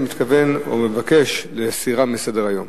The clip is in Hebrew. מתכוון או מבקש להסירה מסדר-היום.